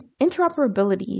interoperability